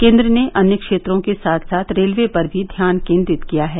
केन्द्र ने अन्य क्षेत्रों के साथ साथ रेलवे पर भी ध्यान केन्द्रित किया है